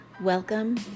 welcome